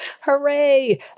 Hooray